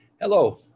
Hello